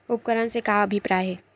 उपकरण से का अभिप्राय हे?